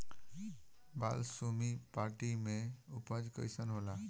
बालसुमी माटी मे उपज कईसन होला?